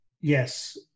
Yes